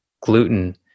gluten